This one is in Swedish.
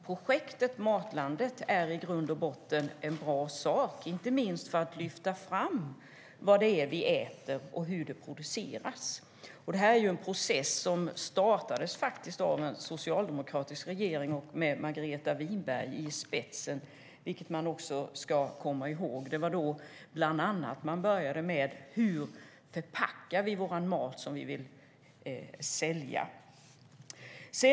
Projektet Matlandet är i grund och botten en bra sak, inte minst för att lyfta fram vad det är vi äter och hur det produceras. Det är en process som faktiskt startades av en socialdemokratisk regering, med Margareta Winberg i spetsen, vilket man ska komma ihåg. Det var då man bland annat började ta upp frågan hur vi förpackar den mat som vi vill sälja.